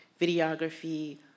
videography